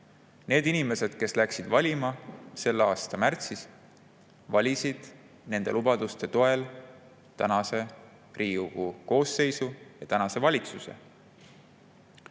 Need inimesed, kes läksid valima selle aasta märtsis, valisid nende lubaduste toel tänase Riigikogu koosseisu ja tänase valitsuse. Mis